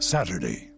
Saturday